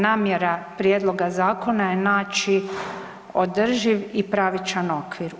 Namjera prijedlog zakona je naći održiv i pravičan okvir.